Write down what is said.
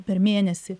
per mėnesį